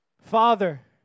Father